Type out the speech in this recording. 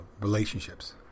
relationships